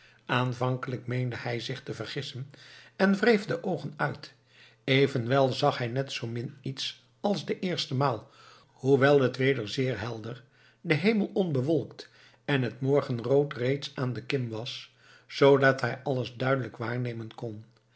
aanvankelijk meende hij zich te vergissen en wreef de oogen uit evenwel zag hij net zoo min iets als de eerste maal hoewel het weder zeer helder de hemel onbewolkt en het morgenrood reeds aan de kim was zoodat hij alles duidelijk waarnemen kon